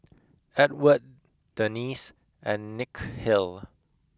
Edward Denise and Nikhil